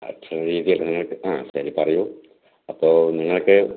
actually വരുന്ന തൊട്ട് ആ ശരി പറയൂ അപ്പോൾ നിങ്ങൾക്ക്